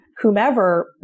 whomever